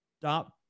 stop